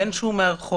בין שהוא מהרחוב